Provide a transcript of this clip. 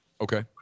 okay